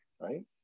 right